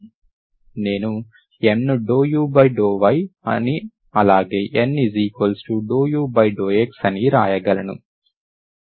నేను M ను ∂u∂y అని అలాగే N∂u∂x అని వ్రాయగలను